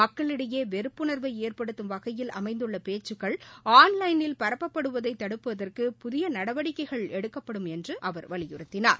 மக்களிடையே வெறுப்புணர்வை ஏற்படுத்தும் வகையில் அமைந்துள்ள பேச்சுக்கள் ஆன்லைனில் பரப்பப்படுவதை தடுப்பதற்கு புதிய நடவடிக்கைகள் எடுக்கப்படும் என்று அவர் வலியுறுத்தினார்